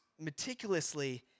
meticulously